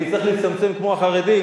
אני צריך להצטמצם כמו החרדים?